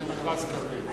זה מכרז כבד.